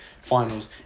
finals